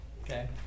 Okay